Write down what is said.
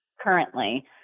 currently